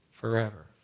forever